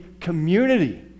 community